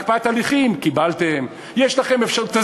הקפאת הליכים קיבלתם, יש לכם אפשרות.